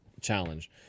challenge